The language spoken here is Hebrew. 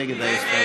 מי נגד ההסתייגות?